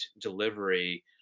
delivery